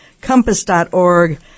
compass.org